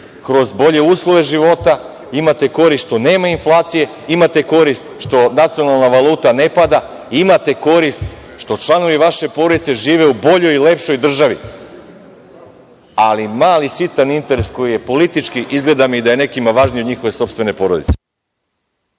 kroz bolje uslove života, imate korist što nema inflacije, imate korist što nacionalna valuta ne pada, imate korist što članovi vaše porodice žive u boljoj i lepšoj državi, ali mali, sitan interes, koji je politički, izgleda mi da je nekima važniji od njihove sopstvene porodice.